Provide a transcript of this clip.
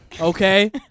Okay